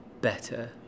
better